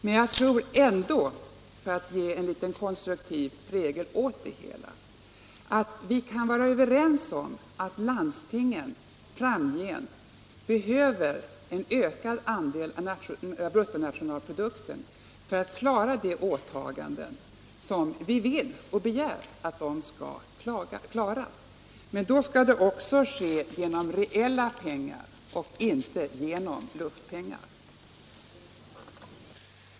Men för att ge en litet konstruktiv prägel åt debatten vill jag också säga, att jag tycker att vi kan vara överens om att landstingen framgent behöver en ökad andel av bruttonationalprodukten för att klara sina åtaganden på det sätt som vi önskar och begär av dem. Men då skall det också ske genom reella pengar och inte genom luftpengar.